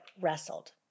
wrestled